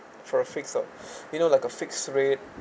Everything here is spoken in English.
for a fixed uh you know like a fixed rate